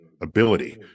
ability